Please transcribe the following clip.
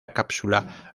cápsula